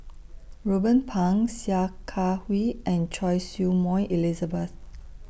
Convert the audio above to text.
Ruben Pang Sia Kah Hui and Choy Su Moi Elizabeth